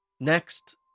Next